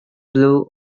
blue